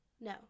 no